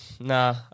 nah